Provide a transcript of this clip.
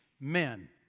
men